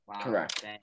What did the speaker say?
Correct